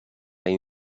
این